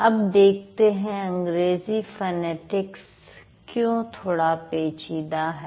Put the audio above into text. अब देखते हैं अंग्रेजी फनेटिक्स क्यों थोड़ा पेचीदा है